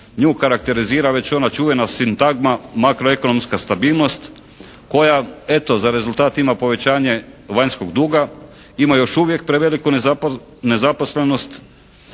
Nju karakterizira već ona čuvena sintagma makroekonomska stabilnost koja eto za rezultat ima povećanje vanjskog duga, ima još uvijek preveliku nezaposlenost